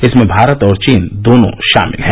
इसमें भारत और चीन दोनों शामिल हैं